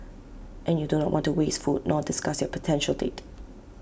and you do not want to waste food nor disgust your potential date